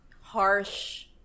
harsh